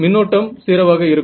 மின்னோட்டம் 0 ஆக இருக்கும்